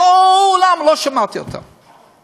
כולם, לא שמעתי אותם.